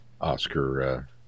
Oscar